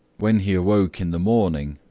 when he awoke in the morning,